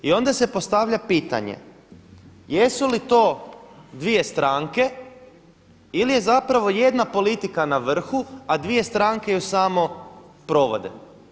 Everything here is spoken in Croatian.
I onda se postavlja pitanje jesu li to dvije stranke ili je zapravo jedna politika na vrhu, a dvije stranke je samo provode.